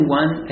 one